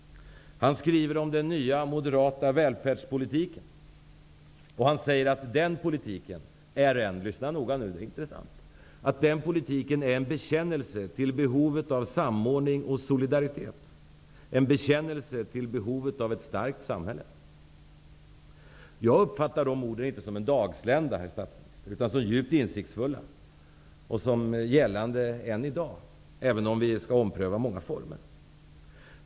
Han skriver om den nya moderata välfärdspolitiken, och han menar på att den politiken -- lyssna noga, det är intressant -- är en bekännelse till behovet av samordning och solidaritet, en bekännelse till behovet av ett starkt samhälle. Jag uppfattar inte de orden som en dagslända, herr statsminister, utan som djupt insiktsfulla. De gäller än i dag, även om mycket kan omprövas.